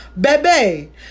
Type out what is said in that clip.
baby